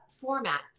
format